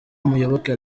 muyoboke